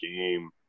game